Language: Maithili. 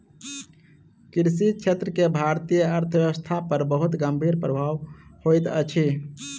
कृषि क्षेत्र के भारतीय अर्थव्यवस्था पर बहुत गंभीर प्रभाव होइत अछि